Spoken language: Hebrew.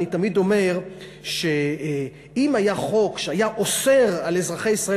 אני תמיד אומר שאם היה חוק שהיה אוסר על אזרחי ישראל,